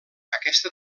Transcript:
aquesta